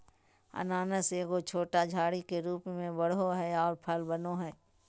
अनानास एगो छोटा झाड़ी के रूप में बढ़ो हइ और फल बनो हइ